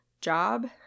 job